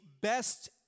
best